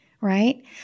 right